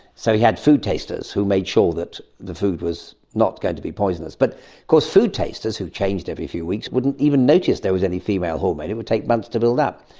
so he had food tasters who made sure that the food was not going to be poisonous. but of course food tasters who changed every few weeks wouldn't even notice there was any female hormone, it would take months to build up.